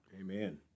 Amen